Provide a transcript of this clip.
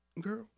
girl